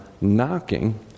knocking